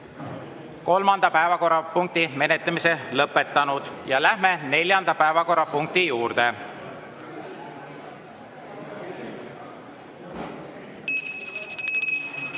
kolmanda päevakorrapunkti menetlemise lõpetanud. Läheme neljanda päevakorrapunkti juurde. (Tugev